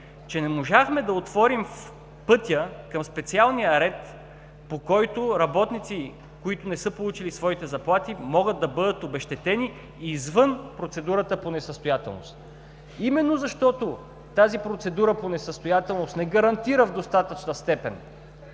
че не можахме да отворим пътя към специалния ред, по който работници, които не са получили своите заплати, могат да бъдат обезщетени извън процедурата по несъстоятелност. Именно защото, тази процедура по несъстоятелност не гарантира в достатъчна степен